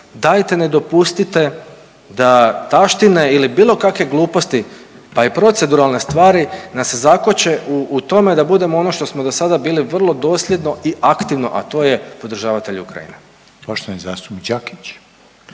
dajte ne dopustite da taština ili bilo kake gluposti pa i proceduralne stvari nas zakoče u tome da budemo ono što smo do sada bili vrlo dosljedno i aktivno, a to je podržavatelj Ukrajine. **Reiner,